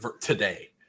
today